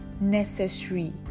necessary